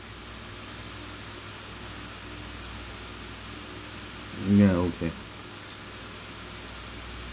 ya okay